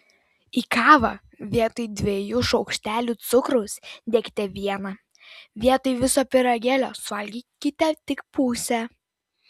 į kavą vietoj dviejų šaukštelių cukraus dėkite vieną vietoj viso pyragėlio suvalgykite tik pusę